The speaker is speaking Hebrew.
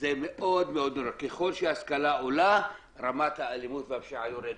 ככל שההשכלה עולה, רמת האלימות והשפיעה יורדת.